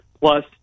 Plus